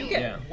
yeah.